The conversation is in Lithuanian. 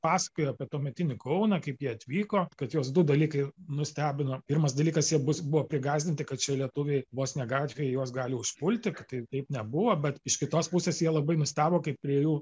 pasakojo apie tuometinį kauną kaip jie atvyko kad juos du dalykai nustebino pirmas dalykas jie bus buvo prigąsdinti kad čia lietuviai vos ne gatvėje juos gali užpulti tai taip nebuvo bet iš kitos pusės jie labai nustebo kai prie jų